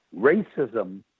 racism